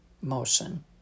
motion